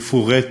מפורטת,